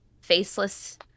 faceless